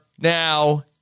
now